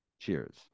Cheers